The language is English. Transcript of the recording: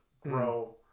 grow